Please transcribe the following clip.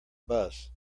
bus